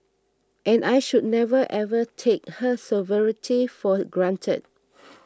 and I should never ever take her sovereignty for granted